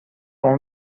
اون